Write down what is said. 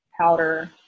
powder